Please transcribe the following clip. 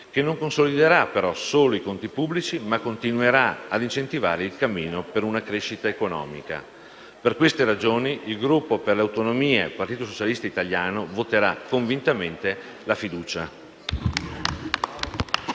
che non solo consoliderà i conti pubblici, ma continuerà a incentivare il cammino della crescita economica. Per queste ragioni il Gruppo per le Autonomie - Partito socialista italiano voterà convintamente la fiducia.